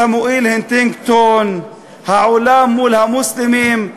סמואל הנטינגטון, העולם מול המוסלמים.